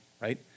right